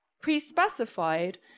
pre-specified